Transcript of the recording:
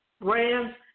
brands